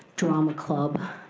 drama club,